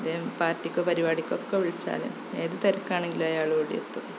പാര്ട്ടിക്കോ പരിപാടിക്കോ ഒക്കെ വിളിച്ചാൽ ഏത് തിരക്കാണെങ്കിലും അയാൾ ഓടിയെത്തും